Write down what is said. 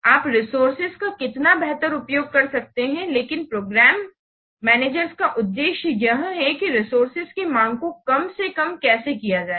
आप रिसोर्सेज का कितना बेहतर उपयोग कर सकते हैं लेकिन प्रोग्राम मैनेजर्स का उद्देश्य यह है कि रिसोर्सेज की माँग को कम से कम कैसे किया जाए